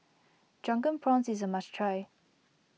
Drunken Prawns is a must try